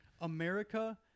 America